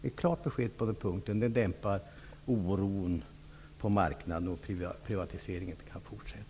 Ett klart besked på den punkten dämpar oron på marknaden, och privatiseringen kan fortsätta.